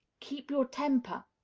keep your temper,